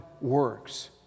works